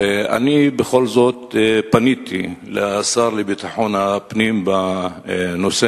אני בכל זאת פניתי אל השר לביטחון פנים בנושא.